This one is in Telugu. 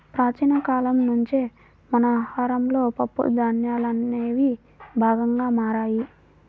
ప్రాచీన కాలం నుంచే మన ఆహారంలో పప్పు ధాన్యాలనేవి భాగంగా మారాయి